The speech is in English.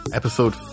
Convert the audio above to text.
episode